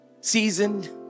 seasoned